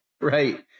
right